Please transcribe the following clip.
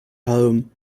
home